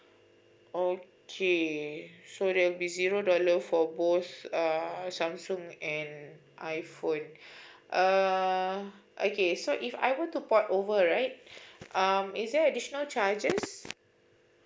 okay so there will be zero dollar for both uh Samsung and iPhone err okay so if I were to port over right um is there additional charge